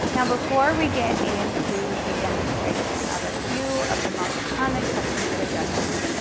now, before we get into the demonstration of a few of the most common custom fit adjustments,